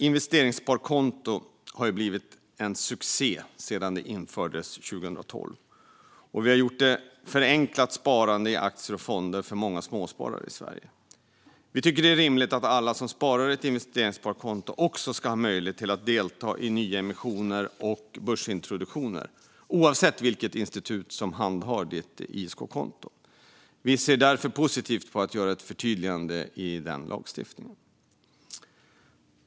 Investeringssparkonto har blivit en succé sedan det infördes 2012 och har gjort att vi har förenklat sparandet i aktier och fonder för många småsparare i Sverige. Vi tycker att det är rimligt att alla som sparar i ett investeringssparkonto också ska ha möjlighet att delta i nyemissioner och börsintroduktioner oavsett vilket institut som handhar ISK-kontot. Vi ser därför positivt på förslaget om att göra ett förtydligande i lagstiftningen.